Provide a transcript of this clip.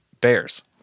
bears